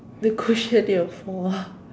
to cushion your fall